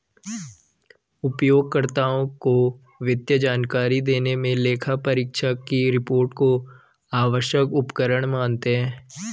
उपयोगकर्ताओं को वित्तीय जानकारी देने मे लेखापरीक्षक की रिपोर्ट को आवश्यक उपकरण मानते हैं